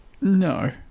No